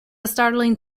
startlingly